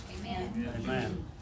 Amen